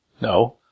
No